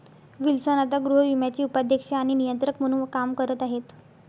Wilson आता गृहविम्याचे उपाध्यक्ष आणि नियंत्रक म्हणून काम करत आहेत